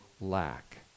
lack